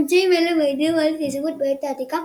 ממצאים אלה מעידים על התיישבות בעת העתיקה,